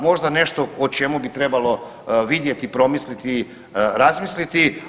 Možda nešto o čemu bi trebalo vidjeti, promisliti, razmisliti.